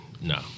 no